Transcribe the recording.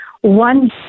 one